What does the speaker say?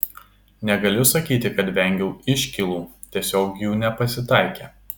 negaliu sakyti kad vengiau iškylų tiesiog jų nepasitaikė